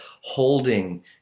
holding